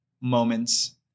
moments